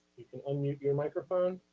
unmute your microphone,